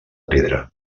pedra